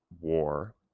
war